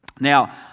Now